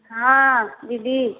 हँ दीदी